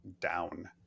down